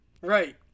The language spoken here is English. Right